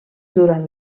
durant